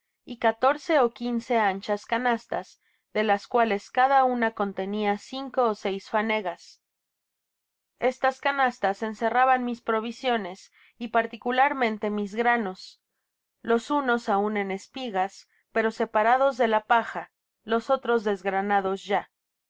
y catorce ó quince anchas canastas de las cuales eada una contenia cinco ó seis fanegas estas canastas encerraban mis provisiones y particularmente mis granos los unos aun en espigas pero separados de la paja los otros desgranados ya